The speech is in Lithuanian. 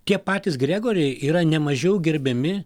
tie patys gregoriai yra ne mažiau gerbiami